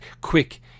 quick